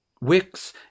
Wicks